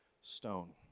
stone